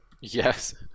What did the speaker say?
Yes